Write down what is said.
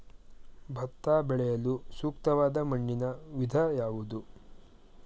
ಭತ್ತ ಬೆಳೆಯಲು ಸೂಕ್ತವಾದ ಮಣ್ಣಿನ ವಿಧ ಯಾವುದು?